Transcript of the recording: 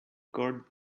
court